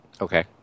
Okay